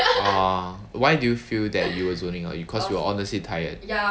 orh why do you feel that you were zoning out you cause you are honestly tired